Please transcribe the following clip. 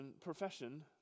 profession